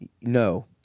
No